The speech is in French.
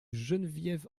geneviève